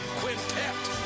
quintet